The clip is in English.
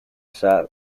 stanley